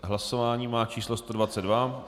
Hlasování má číslo 122.